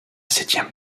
septième